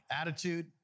Attitude